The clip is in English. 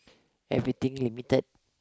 everything limited